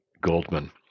Goldman